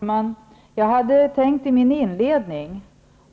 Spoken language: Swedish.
Herr talman! Jag tänkte i mitt inledningsanförande